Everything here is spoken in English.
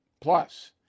Plus